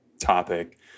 topic